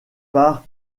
par